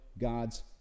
God's